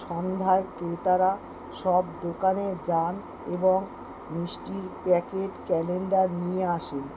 সন্ধ্যায় ক্রেতারা সব দোকানে যান এবং মিষ্টির প্যাকেট ক্যালেন্ডার নিয়ে আসেন